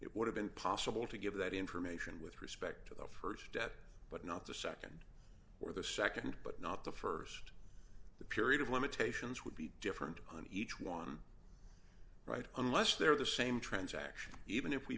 it would have been possible to give that information with respect to the st debt but not the nd or the nd but not the st the period of limitations would be different on each one right unless they're the same transaction even if we